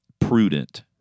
prudent –